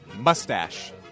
mustache